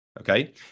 okay